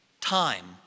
time